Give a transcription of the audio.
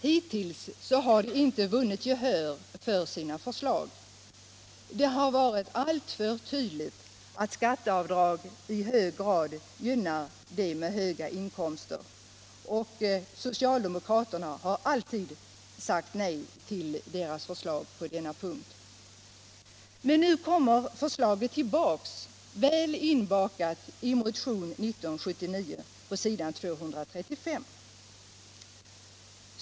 Hittills har de inte vunnit gehör för sina förslag. Det har varit alltför tydligt att skatteavdrag i hög grad gynnar familjer med höga inkomster. Socialdemokraterna har alltid sagt nej till deras förslag på denna punkt. Men nu kommer förslaget tillbaka, väl inbakat i motionen 1979, s. 235.